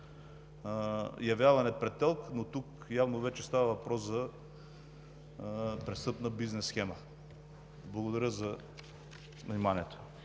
явяване пред ТЕЛК, но тук явно вече става въпрос за престъпна бизнес схема. Благодаря за вниманието.